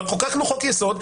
אבל חוקקנו חוק-יסוד,